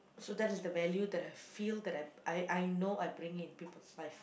so that is the value that I feel that I I I know I bring in people's life